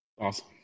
Awesome